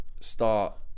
start